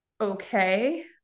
okay